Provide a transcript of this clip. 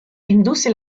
indusse